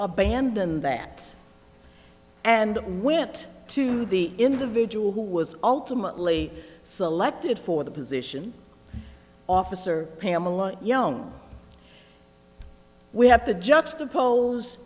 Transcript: abandoned that and when it to the individual who was ultimately selected for the position officer pamela young we have to juxtapose